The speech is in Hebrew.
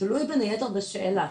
ותלוי בין היתר בשאלה,